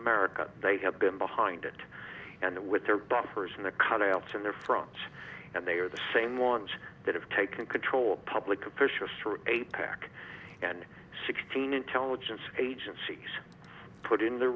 america they have been behind it and with their buffers in the cutouts and their fronts and they are the same ones that have taken control of public officials for a pac and sixteen intelligence agencies put in the